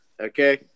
Okay